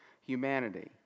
humanity